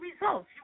results